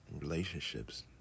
relationships